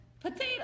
Potato